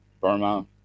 Burma